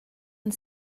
and